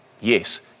Yes